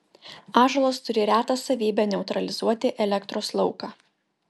ąžuolas turi retą savybę neutralizuoti elektros lauką